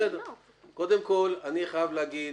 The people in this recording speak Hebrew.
קודם כל, אני חייב להגיד,